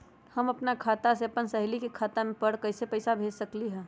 हम अपना खाता से अपन सहेली के खाता पर कइसे पैसा भेज सकली ह?